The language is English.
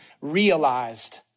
realized